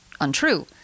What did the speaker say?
untrue